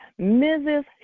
mrs